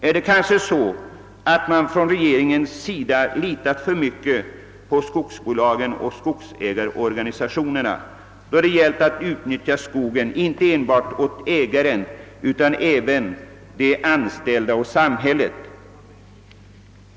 är det kanske så att regeringen har litat för mycket på skogsbolagen och skogsägarorganisationerna när det gällt att utnyttja skogstillgångarna inte bara för skogsägarna själva utan också för de anställda och samhället?